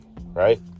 right